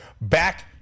back